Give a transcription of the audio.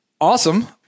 awesome